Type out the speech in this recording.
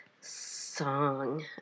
song